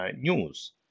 news